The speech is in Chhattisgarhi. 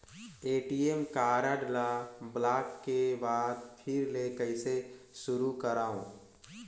ए.टी.एम कारड ल ब्लाक के बाद फिर ले कइसे शुरू करव?